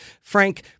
Frank